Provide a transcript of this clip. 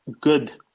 Good